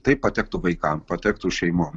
tai patektų vaikam patektų šeimom